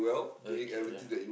okay right